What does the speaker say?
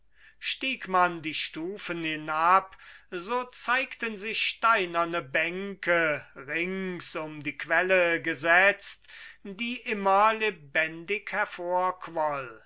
stieg man die stufen hinab so zeigten sich steinerne bänke rings um die quelle gesetzt die immer lebendig